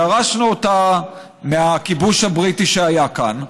שירשנו אותה מהכיבוש הבריטי שהיה כאן,